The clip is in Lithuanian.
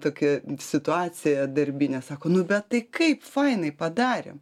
tokia situacija darbinė sako nu bet tai kaip fainai padarėm